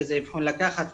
איזה אבחון לקחת,